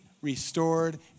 restored